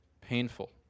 painful